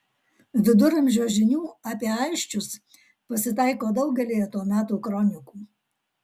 viduramžio žinių apie aisčius pasitaiko daugelyje to meto kronikų